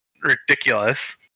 ridiculous